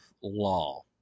law